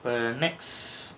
the next